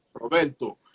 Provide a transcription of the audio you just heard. Roberto